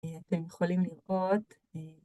אתם יכולים לראות.